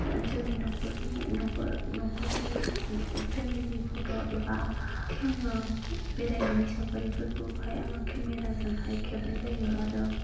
जोंनि न'खरनि family photo एबा आङो बेरायनायनि सावगारिफोरखौहाय आङो केमेरा जोंहाय खेबनाय जायो आरो